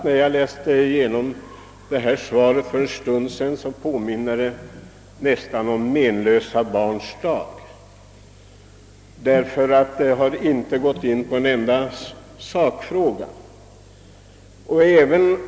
När jag läste igenom svaret fick jag Menlösa barns dag i tankarna. Det går nämligen inte in på en enda sakfråga.